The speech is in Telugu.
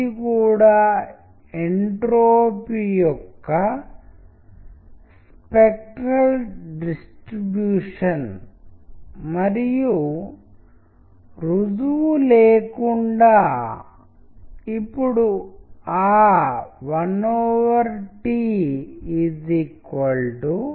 మీరు టెక్స్ట్ మరియు ఇమేజ్ ఒకదానికొకటి చాలా దగ్గరగా ఉండే ప్రెజెంటేషన్ను కూడా చేయవచ్చు మీరు ఆ టెక్స్ట్ని ఇక్కడ ఉంచవచ్చు అలాగే మీరు ఎగువకు వెళ్లి ఇక్కడ ఉంచవచ్చు ఆ అవకాశం ఉంది